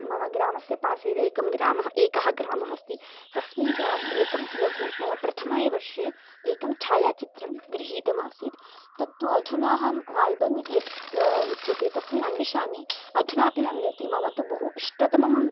मम ग्रामस्य पार्श्वे एकः ग्रामः एकः ग्रामः अस्ति तस्मिन् ग्रामे एकं लघु मम प्रथमे वर्षे एकं छाया चित्रं गृहीतमासीत् तत्तु अधुनाहम् आल्बम् इति यद् उच्यते तस्मिन् अन्विषामि अधुनापि न मिलति मम तु बहु इष्टतमं